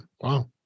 Wow